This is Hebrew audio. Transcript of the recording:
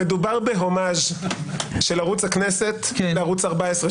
מדובר בהומאז' של ערוץ הכנסת לערוץ 14,